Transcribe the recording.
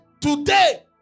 Today